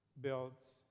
builds